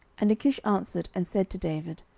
and achish answered and said to david,